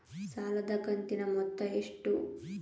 ಸಾಲದ ಕಂತಿನ ಮೊತ್ತ ಎಷ್ಟು?